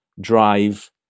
drive